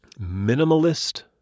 minimalist